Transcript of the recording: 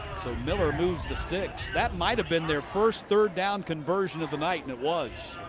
so miller moves the sticks. that might have been their first third down conversion of the night. and it was.